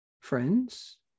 friends